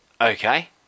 Okay